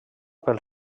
pel